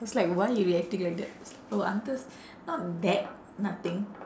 I was like why you reacting like that oh I'm just not that nothing